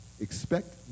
Expect